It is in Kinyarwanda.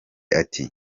ati